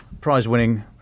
prize-winning